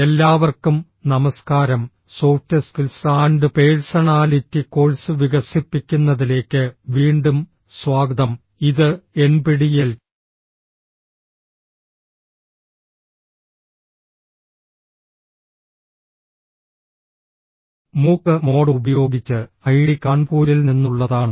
എല്ലാവർക്കും നമസ്കാരം soft skills and personality course വികസിപ്പിക്കുന്നതിലേക്ക് വീണ്ടും സ്വാഗതം ഇത് എൻപിടിഇഎൽ മൂക്ക് മോഡ് ഉപയോഗിച്ച് ഐഐടി കാൺപൂരിൽ നിന്നുള്ളതാണ്